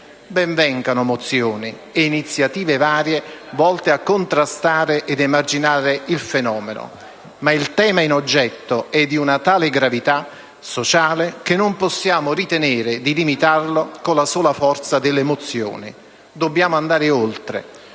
Ben vengano mozioni ed iniziative varie volte a contrastare ed emarginare il fenomeno, ma il tema in oggetto è di una tale gravità sociale che non possiamo ritenere di limitarlo con la sola forza delle mozioni. Dobbiamo andare oltre.